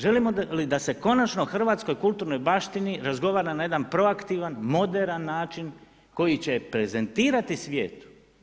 Želimo li da se konačno o hrvatskoj kulturnoj baštini razgovara na jedan proaktivan, moderan način koji će prezentirati svijetu?